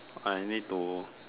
I need to